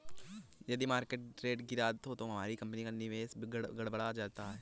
यदि market rate गिरा तो हमारी कंपनी का निवेश गड़बड़ा सकता है